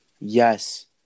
Yes